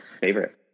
favorite